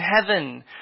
heaven